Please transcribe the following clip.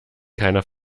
keiner